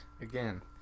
Again